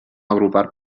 agrupar